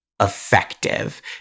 effective